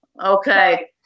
Okay